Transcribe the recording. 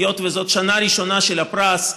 היות שזאת שנה ראשונה של הפרס,